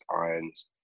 irons